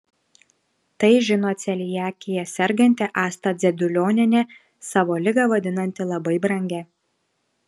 tai žino celiakija serganti asta dzedulionienė savo ligą vadinanti labai brangia